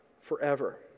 forever